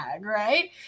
Right